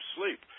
sleep